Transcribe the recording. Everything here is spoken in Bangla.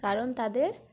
কারণ তাদের